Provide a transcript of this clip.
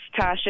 Tasha